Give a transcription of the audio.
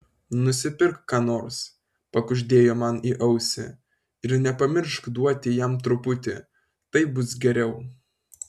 nusipirk ko nors pakuždėjo man į ausį ir nepamiršk duoti jam truputį taip bus geriau